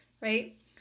right